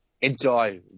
enjoy